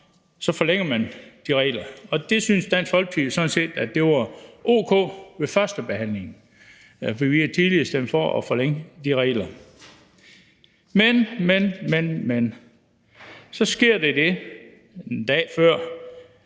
op, forlænger man de regler. Det syntes Dansk Folkeparti sådan set var o.k. ved førstebehandlingen, for vi har tidligere stemt for at forlænge de regler. Men, men, men: Så sker der det, en dag før